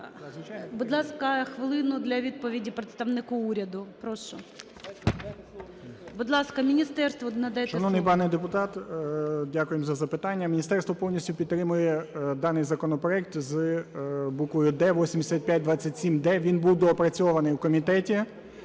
Будь ласка, хвилину для відповіді представнику уряду. Прошу. Будь ласка, міністерству надайте слово. 17:47:15 БЛИЗНЮК М.Д. Шановний пане депутат, дякуємо за запитання. Міністерство повністю підтримує даний законопроект з буквою "д", 8527-д. Він був доопрацьований в комітеті